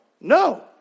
No